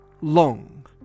long